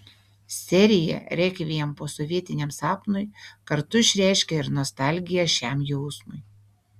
serija rekviem posovietiniam sapnui kartu išreiškia ir nostalgiją šiam jausmui